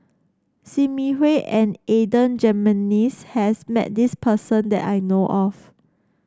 Sim Yi Hui and Adan Jimenez has met this person that I know of